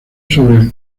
sobre